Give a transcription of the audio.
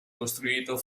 costruito